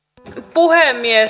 arvoisa puhemies